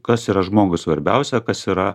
kas yra žmogui svarbiausia kas yra